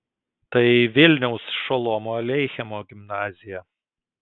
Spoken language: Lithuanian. tai vilniaus šolomo aleichemo gimnazija